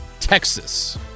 Texas